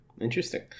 Interesting